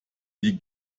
die